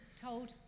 told